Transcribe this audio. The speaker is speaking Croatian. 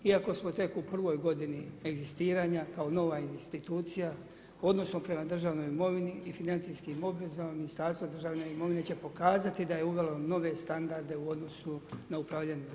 Iako smo tek u prvoj godini egzistiranja kao nova institucija, u odnosu prema državnoj imovini i financijskim obvezama, Ministarstvo državne imovine će pokazati da je uvela u nove standarde u odnosu na upravljanje državne imovine.